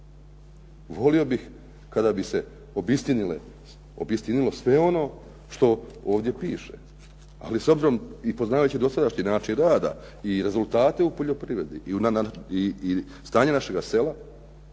Volio bih kada bi se obistinilo sve ono što ovdje piše. Ali s obzirom i poznavajući dosadašnji način rada i rezultate u poljoprivredi i stanje našega sela,